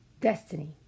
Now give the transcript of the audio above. Destiny